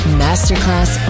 masterclass